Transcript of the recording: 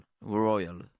royal